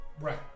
Right